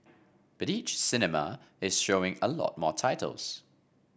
but each cinema is showing a lot more titles